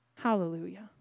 Hallelujah